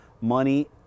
money